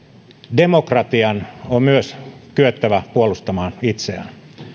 demokratian on myös kyettävä puolustamaan itseään